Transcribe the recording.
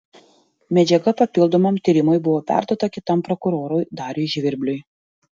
medžiaga papildomam tyrimui buvo perduota kitam prokurorui dariui žvirbliui